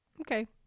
Okay